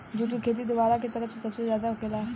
जुट के खेती दोवाब के तरफ में सबसे ज्यादे होखेला